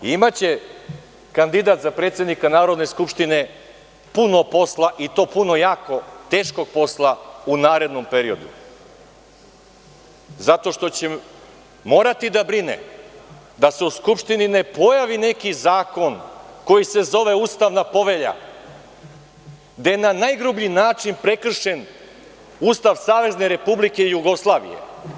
Imaće kandidat za predsednika Narodne skupštine puno posla, i to puno jako teškog posla u narednom periodu, zato što će morati da brine da se u Skupštini ne pojavi neki zakon koji se zove Ustavna povelja, gde je na najgrublji način prekršen Ustav SRJ.